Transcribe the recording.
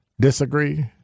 Disagree